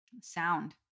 sound